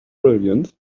brilliance